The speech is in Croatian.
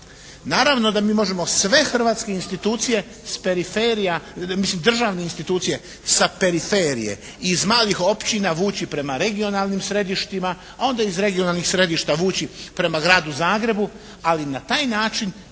Naravno da mi možemo sve hrvatske institucije s periferija, mislim državne institucije sa periferije i iz malih općina vući prema regionalnim središtima, a onda iz regionalnih središta vući prema Gradu Zagrebu. Ali na taj način